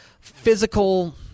physical